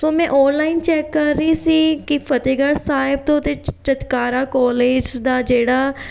ਸੋ ਮੈਂ online check ਕਰ ਰਹੀ ਸੀ ਕਿ ਫਤਿਹਗੜ੍ਹ ਸਾਹਿਬ ਤੋਂ ਅਤੇ ਚ ਚਿਤਕਾਰਾ ਕੋਲੇਜ ਦਾ ਜਿਹੜਾ